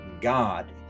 god